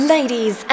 Ladies